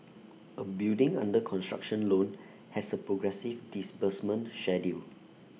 A building under construction loan has A progressive disbursement schedule